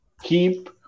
keep